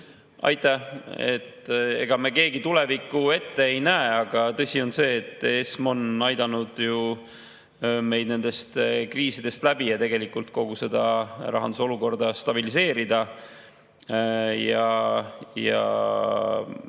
Aitäh! Ega me keegi tulevikku ette ei näe, aga tõsi on see, et ESM on aidanud meid nendest kriisidest läbi ja tegelikult kogu rahanduse olukorda stabiliseerida. Ja